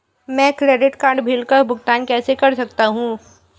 मैं credit card bill का भुगतान कैसे कर सकता हूं?